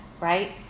right